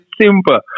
simple